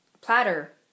Platter